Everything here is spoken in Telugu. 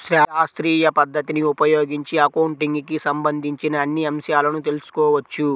శాస్త్రీయ పద్ధతిని ఉపయోగించి అకౌంటింగ్ కి సంబంధించిన అన్ని అంశాలను తెల్సుకోవచ్చు